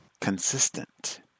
consistent